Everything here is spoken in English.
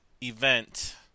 event